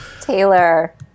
Taylor